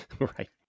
Right